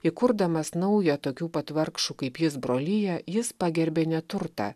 įkurdamas naują tokių pat vargšų kaip jis broliją jis pagerbė neturtą